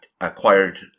acquired